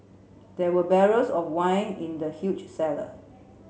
there were barrels of wine in the huge cellar